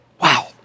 Wow